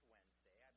Wednesday